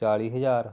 ਚਾਲੀ ਹਜ਼ਾਰ